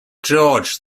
george